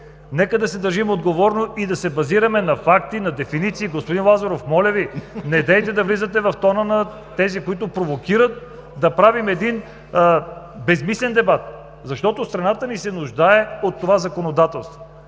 Нека да се държим отговорно и да се базираме на факти, на дефиниции. Господин Лазаров, моля Ви, не влизайте в тона на тези, които провокират да правим безсмислен дебат, защото страната ни се нуждае от това законодателство.